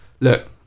Look